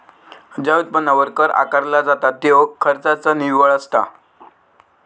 ज्या उत्पन्नावर कर आकारला जाता त्यो खर्चाचा निव्वळ असता